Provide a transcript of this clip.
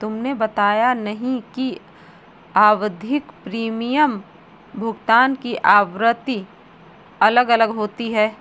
तुमने बताया नहीं कि आवधिक प्रीमियम भुगतान की आवृत्ति अलग अलग होती है